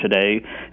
today